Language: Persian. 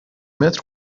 متر